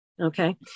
Okay